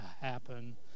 happen